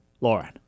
Lauren